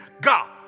God